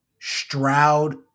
Stroud